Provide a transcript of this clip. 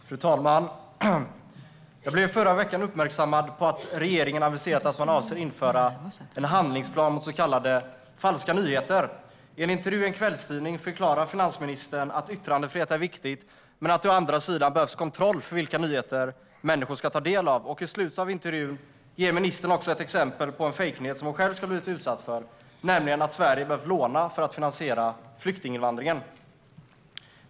Fru talman! Jag blev förra veckan uppmärksammad på att regeringen aviserat att man avser att införa en handlingsplan mot så kallade falska nyheter. I en intervju i en kvällstidning förklarar finansministern att yttrandefrihet är viktigt men att det å andra sidan behövs kontroll av vilka nyheter människor tar del av. I slutet av intervjun ger ministern också exempel på en fejknyhet som hon själv ska ha blivit utsatt för, nämligen att Sverige behövt låna för att finansiera flyktinginvandringen.